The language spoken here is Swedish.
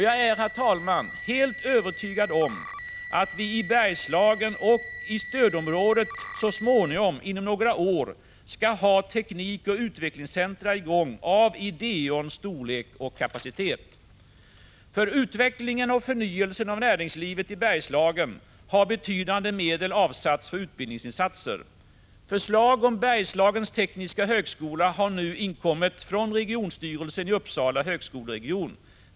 Jag är, herr talman, helt övertygad om att vi i Bergslagen och i stödområdet inom några år skall ha teknikoch utvecklingscentra i gång av Ideons storlek och kapacitet. För utvecklingen och förnyelsen av näringslivet i Bergslagen har betydande medel avsatts för utbildningsinsatser. Förslag om Bergslagens tekniska högskola har nyligen inkommit från regionstyrelsens i Uppsala högskoleregion.